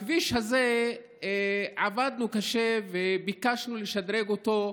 הכביש הזה, עבדנו קשה וביקשנו לשדרג אותו,